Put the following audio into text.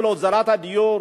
ולהוזלת הדיור,